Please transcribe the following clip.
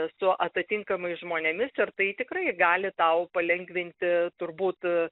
su atitinkamais žmonėmis ar tai tikrai gali tau palengvinti turbūt